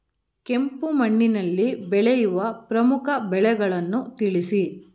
ಕೆಂಪು ಮಣ್ಣಿನಲ್ಲಿ ಬೆಳೆಯುವ ಪ್ರಮುಖ ಬೆಳೆಗಳನ್ನು ತಿಳಿಸಿ?